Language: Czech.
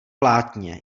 plátně